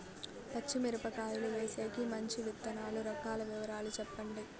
పచ్చి మిరపకాయలు వేసేకి మంచి విత్తనాలు రకాల వివరాలు చెప్పండి?